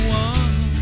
one